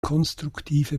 konstruktive